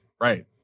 right